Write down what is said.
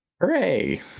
Hooray